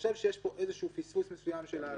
שיש פה איזשהו פספוס מסוים --- אתה